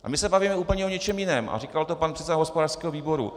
Ale my se bavíme úplně o něčem jiném, a říkal to pan předseda hospodářského výboru.